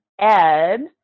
Ed